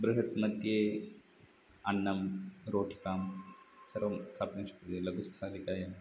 बृहन्मध्ये अन्नं रोटिका सर्वं स्थापयितुं शक्यते लघुस्थालिकायां